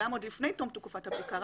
אם כן, גם לפני תום תקופת הבדיקה.